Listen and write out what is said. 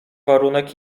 warunek